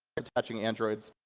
attaching androids